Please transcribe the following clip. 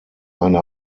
eine